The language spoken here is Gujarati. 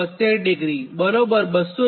83 5